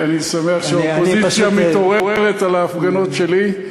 אני שמח שהאופוזיציה מתעוררת על ההפגנות שלי.